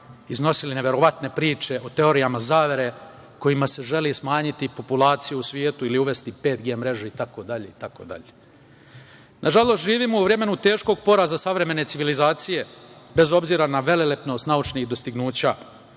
iznosili neverovatne priče o teorijama zavere kojima se želi smanjiti populacija u svetu ili uvesti 5G mreža itd, itd. Nažalost, živimo u vremenu teškog poraza savremene civilizacije, bez obzira na velelepnost naučnih dostignuća.